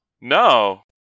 No